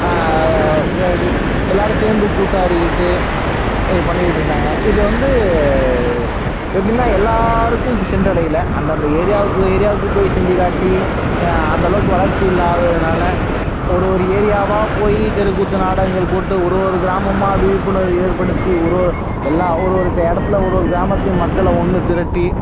எல்லோரும் சேர்ந்து கூத்தாடிக்கிட்டு பண்ணிக்கிட்டு இருந்தாங்க இது வந்து எப்படின்னா எல்லாருக்கும் பு சென்றடையலை அந்தந்த ஏரியாவுக்கு ஏரியாவுக்குப் போய் செஞ்சுக் காட்டி அந்தளவுக்கு வளர்ச்சி இல்லாததுனால ஒரு ஒரு ஏரியாவாக போய் தெருக்கூத்து நாடகங்கள் போட்டு ஒரு ஒரு கிராமமாக விழிப்புணர்வு ஏற்படுத்தி ஒரு ஒரு எல்லா ஒரு ஒரு இடத்துல ஒரு ஒரு கிராமத்துலையும் மக்களை ஒன்று திரட்டி